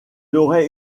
aurait